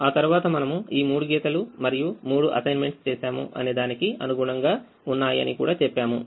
ఆ తరువాత మనము ఈ మూడు గీతలు మరియు 3 అసైన్మెంట్స్ చేసాము అనే దానికి అనుగుణంగా ఉన్నాయి అని కూడా చెప్పాము